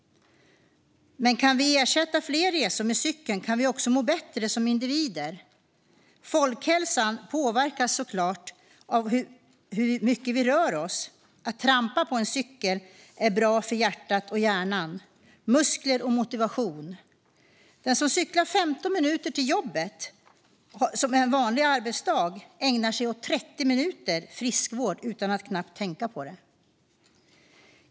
Kan vi ersätta fler resor med cykel kan vi också må bättre som individer. Folkhälsan påverkas av hur mycket vi rör oss. Att trampa på en cykel är bra för hjärta och hjärna, muskler och motivation. Den som cyklar 15 minuter till jobbet ägnar sig under en vanlig arbetsdag åt 30 minuter friskvård nästan utan att tänka på det.